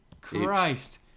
Christ